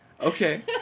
Okay